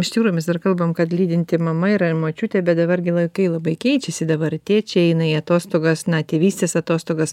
iš tikrųjų mes dar kalbam kad lydinti mama yra ir močiutė bet dabar gi laikai labai keičiasi dabar tėčiai eina į atostogas na tėvystės atostogas